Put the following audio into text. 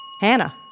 Hannah